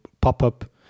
pop-up